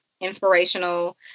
inspirational